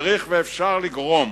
צריך ואפשר לגרום